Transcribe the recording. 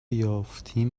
یافتیم